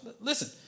Listen